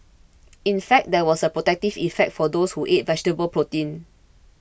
in fact there was a protective effect for those who ate vegetable protein